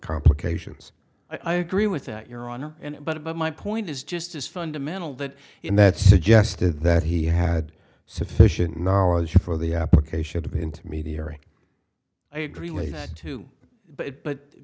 complications i agree with that your honor and but it but my point is just as fundamental that in that suggested that he had sufficient knowledge for the application of intermediary i agree with that too but but